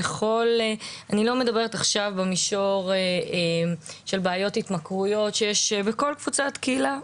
אני לא מדברת עכשיו במישור של בעיות התמכרויות שיש בכל קבוצה וקהילה,